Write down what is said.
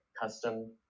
custom